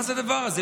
מה זה הדבר הזה?